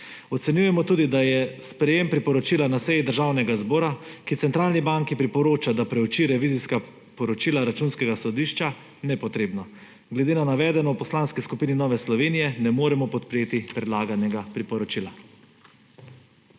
Ocenjujemo tudi, da je sprejem priporočila na seji Državnega zbora, ki centralni banki priporoča, da prouči revizijska poročila Računskega sodišča, nepotrebno. Glede na navedeno v Poslanski skupini Nove Slovenije ne moremo podpreti predlaganega priporočila.